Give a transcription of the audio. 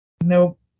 Nope